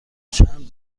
چند